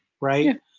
Right